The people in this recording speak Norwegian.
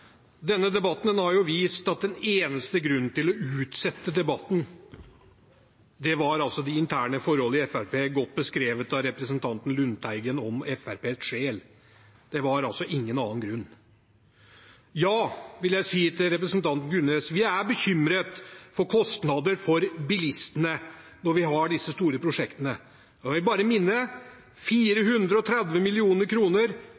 Denne debatten har vist at den eneste grunnen til å utsette debatten var de interne forhold i Fremskrittspartiet, godt beskrevet av representanten Lundteigen om Fremskrittspartiets sjel. Det var altså ingen annen grunn. Ja, vil jeg si til representanten Gunnes, vi er bekymret for kostnadene for bilistene når vi har disse store prosjektene. Jeg vil bare minne